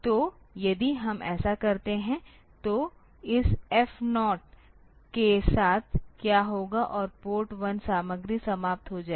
तो यदि हम ऐसा करते हैं तो इस F 0 के साथ क्या होगा और पोर्ट 1 सामग्री समाप्त हो जाएगा